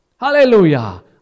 Hallelujah